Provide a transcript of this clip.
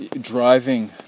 driving